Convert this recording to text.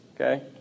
Okay